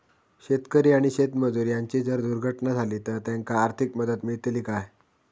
शेतकरी आणि शेतमजूर यांची जर दुर्घटना झाली तर त्यांका आर्थिक मदत मिळतली काय?